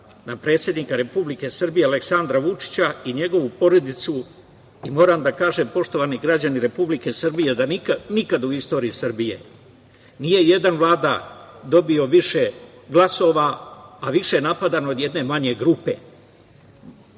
na predsednika Republike Srbije, Aleksandra Vučića i njegovu porodicu. Moram da kažem, poštovani građani Republike Srbije, da nikad u istoriji Srbije nije ni jedan vladar dobio više glasova, a više napadan od jedne manje grupe. Te